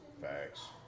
Facts